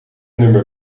nummer